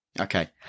Okay